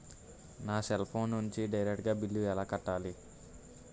నా cell phone నుంచి direct గా బిల్లు ఎలా కట్టాలి?